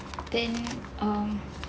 then um